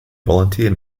volunteer